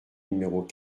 numéros